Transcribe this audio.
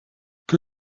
que